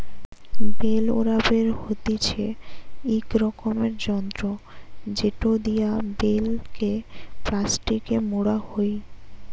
bell wrapper হতিছে ইক রকমের যন্ত্র জেটো দিয়া বেল কে প্লাস্টিকে মোড়া হই